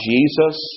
Jesus